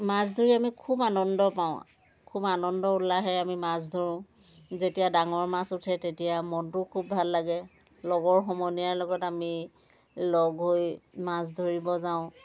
মাছ ধৰি আমি খুব আনন্দ পাওঁ খুব আনন্দ উলাহেৰে আমি মাছ ধৰোঁ যেতিয়া ডাঙৰ মাছ উঠে তেতিয়া মনটো খুব ভাল লাগে লগৰ সমনীয়াৰ লগত আমি লগ হৈ মাছ ধৰিব যাওঁ